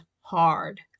hard